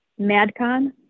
MadCon